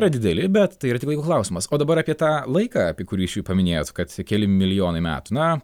yra dideli bet tai yra tik laiko klausimas o dabar apie tą laiką apie kurį iš jų paminėjot kad keli milijonai metų na